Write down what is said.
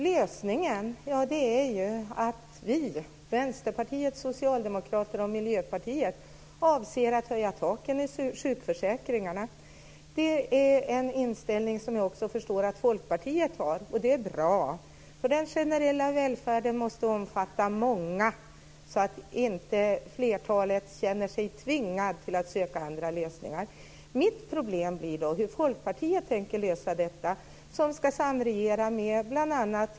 Lösningen är ju att vi, Vänsterpartiet, Socialdemokraterna och Miljöpartiet, avser att höja taken i sjukförsäkringarna. Det är en inställning som jag också förstår att Folkpartiet har. Det är bra, för den generella välfärden måste omfatta många, så att inte flertalet känner sig tvingade att söka andra lösningar. Mitt problem blir då hur Folkpartiet tänker lösa detta, eftersom man ska samregera med bl.a.